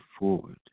forward